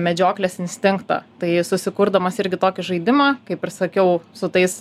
medžioklės instinktą tai susikurdamas irgi tokį žaidimą kaip ir sakiau su tais